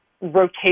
rotation